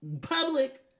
public